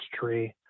tree